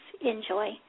enjoy